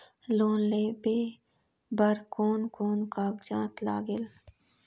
Loan लेहे बर कोन कोन कागजात लागेल?